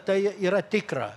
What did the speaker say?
tai yra tikra